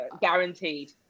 guaranteed